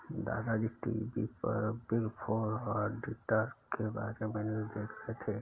दादा जी टी.वी पर बिग फोर ऑडिटर के बारे में न्यूज़ देख रहे थे